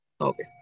Okay